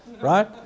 Right